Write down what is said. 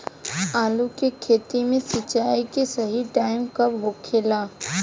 आलू के खेती मे सिंचाई के सही टाइम कब होखे ला?